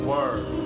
Word